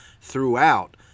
throughout